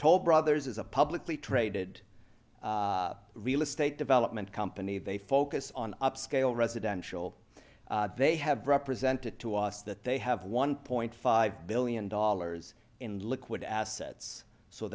toll brothers is a publicly traded real estate development company they focus on upscale residential they have represented to us that they have one point five billion dollars in liquid assets so